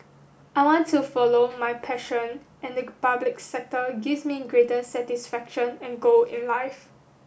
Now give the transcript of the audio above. I want to follow my passion and the public sector gives me greater satisfaction and goal in life